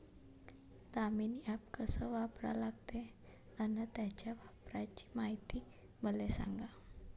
Damini app कस वापरा लागते? अन त्याच्या वापराची मायती मले सांगा